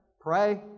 pray